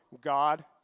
God